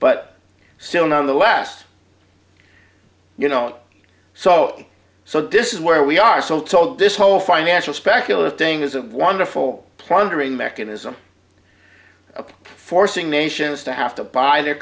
but still not in the last you know so so this is where we are so told this whole financial specular thing is a wonderful plundering mechanism forcing nations to have to buy their